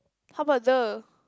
how about the